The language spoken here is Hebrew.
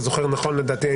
לדעתי,